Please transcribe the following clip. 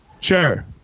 Sure